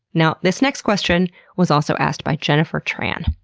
now, this next question was also asked by jennifer tran.